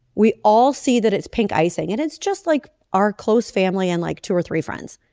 we all see that it's pink icing and it's just like our close family and like two or three friends